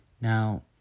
Now